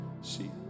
See